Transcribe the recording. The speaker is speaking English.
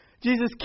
Jesus